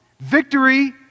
Victory